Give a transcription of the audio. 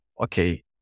okay